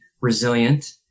resilient